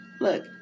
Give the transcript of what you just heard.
Look